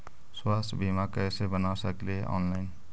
स्वास्थ्य बीमा कैसे बना सकली हे ऑनलाइन?